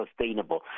sustainable